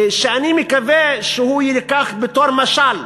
שאני מקווה שהוא יילקח בתור משל.